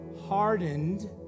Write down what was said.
hardened